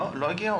לא הגיעו?